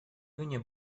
июне